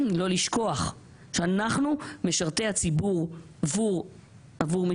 לא לשכוח שאנחנו משרתי הציבור עבור מי